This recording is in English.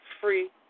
free